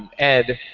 ed,